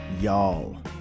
Y'all